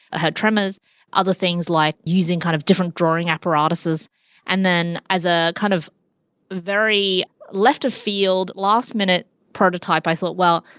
her tremors other things like using kind of different drawing apparatuses and then as a kind of very left afield, last minute prototype, i thought, well,